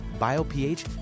BioPH